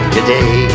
Today